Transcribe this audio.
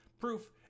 proof